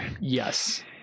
Yes